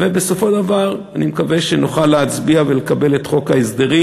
ובסופו של דבר אני מקווה שנוכל להצביע ולקבל את החוק ההסדרים.